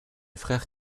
frère